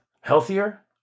Healthier